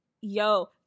Yo